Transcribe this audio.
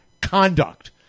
conduct